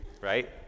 right